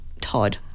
Todd